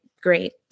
great